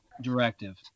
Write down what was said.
directive